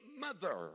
mother